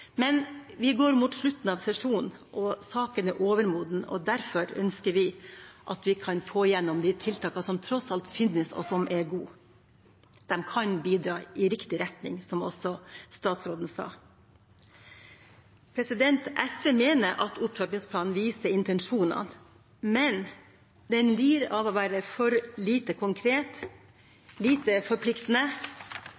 Men vi går mot slutten av sesjonen, og saken er overmoden, og derfor ønsker vi at vi kan få gjennom de tiltakene som tross alt finnes, og som er gode. De kan bidra i riktig retning, som også statsråden sa. SV mener at opptrappingsplanen viser intensjonene, men den lider av å være for lite konkret,